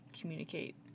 communicate